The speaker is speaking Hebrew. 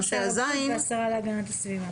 מה שהיה (ז) --- התייעצות עם שר הבריאות והשרה להגנת הסביבה.